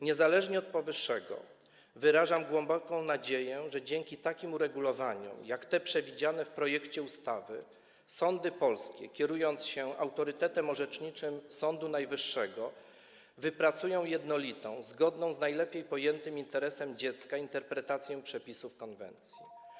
Niezależnie od powyższego wyrażam głęboką nadzieję, że dzięki takim uregulowaniom jak te przewidziane w projekcie ustawy polskie sądy, kierując się autorytetem orzeczniczym Sądu Najwyższego, wypracują jednolitą, zgodną z najlepiej pojętym interesem dziecka interpretację przepisów konwencji.